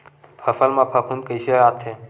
फसल मा फफूंद कइसे आथे?